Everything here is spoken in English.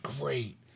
great